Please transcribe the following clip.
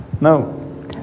No